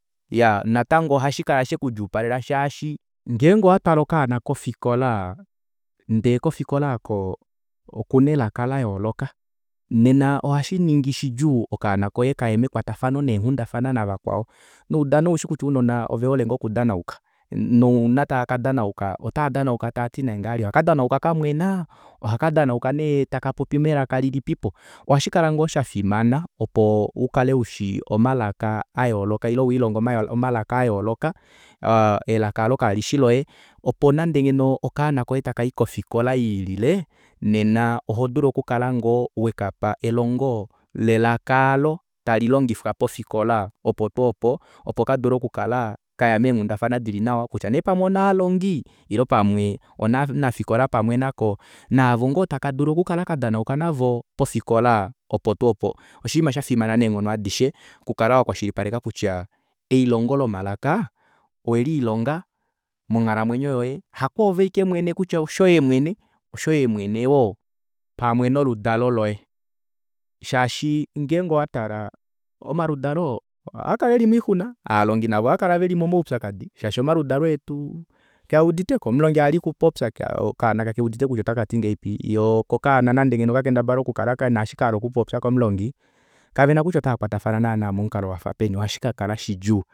Iyaa natango ohashikala shekudjuupalela shaashi ngenge owatwala okaana kofikola ndee kofikola aako okuna elaka layooloka nena oshashiningi shidjuu okaana koye kaye mekwatafano neenghundafana navakwao noudano ushi kutya ounona ovehole ngoo okudanauka nouna tava kadanauka otaadanauka taati nee ngahelipi ohaka danauka kamwena ohakandanauka nee taka popi melaka lilipipo ohashikala ngoo shafimana opo ukale ushi omalaka ayooloka ile wiilonge omalaka ayooloka aa elaka aalo kalishi loye opo nande ngeno okaana koye takayi kofikola yiilile nena ohodulu okukala ngoo wekapa elongo lelaka aalo talilongifwa pofikola opo twoo opo opo kadule okukala kaya meenghundafana dili nawa kutya nee pamwe onovalongi ile pamwe onovanafikola pamwe nako naavo ngoo tava dulu okukala kadanauka nako pofikola opo tuu opo oshiima shafimana neenghono adishe okukala wakwashilipaleka kutya elilongo lomalaka owelilongo monghalamwenyo yoye hakwoove aike mwene kutya oshoye mwene oshoye mwene woo pamwe noludalo loye shaashi ngenge owatala omaludalo ohaakala eli moixuna ovalongi navo ohavakala veli momaupyakadi shaashi omaludalo etu kaauditeko omulongi ali okupopya okaana kakeudite kutya otakati ngahelipi koo okaana nande ngeno okakendabale kena eshi kahala oku popya komulongi kavena kutya ota vakwatafana momukalo wafa peni ohashi kakala shidjuu